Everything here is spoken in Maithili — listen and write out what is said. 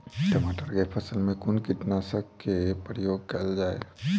टमाटर केँ फसल मे कुन कीटनासक केँ प्रयोग कैल जाय?